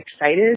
excited